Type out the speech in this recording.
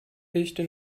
echte